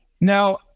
Now